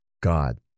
God